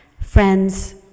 Friends